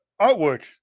artwork